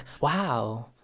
wow